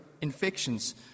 infections